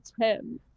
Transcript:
ten